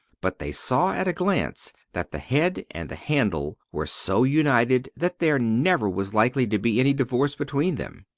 but they saw at a glance that the head and the handle were so united that there never was likely to be any divorce between them.